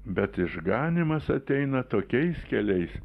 bet išganymas ateina tokiais keliais